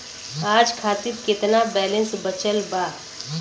आज खातिर केतना बैलैंस बचल बा?